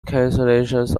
cancellations